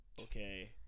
okay